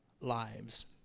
lives